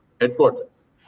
headquarters